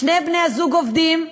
שני בני-הזוג עובדים,